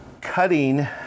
cutting